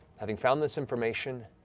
having found this information,